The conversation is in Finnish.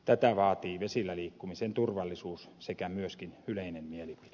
tätä vaatii vesillä liikkumisen turvallisuus sekä myöskin yleinen mielipide